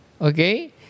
okay